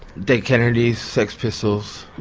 dead kennedys, sex pistols,